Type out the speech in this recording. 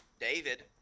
David